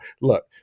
look